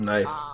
Nice